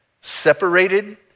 Separated